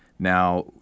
Now